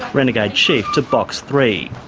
renegade chief, to box three.